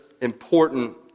important